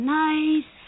nice